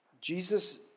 Jesus